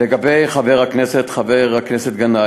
לגבי חבר הכנסת גנאים,